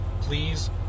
please